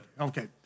Okay